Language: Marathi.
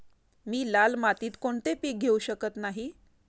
मी लाल मातीत कोणते पीक घेवू शकत नाही?